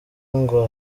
ngo